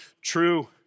true